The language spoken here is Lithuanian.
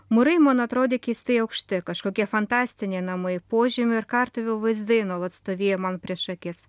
mūrai man atrodė keistai aukšti kažkokie fantastiniai namai požemių ir kartuvių vaizdai nuolat stovėjo man prieš akis